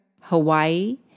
Hawaii